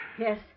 Yes